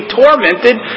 tormented